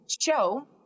show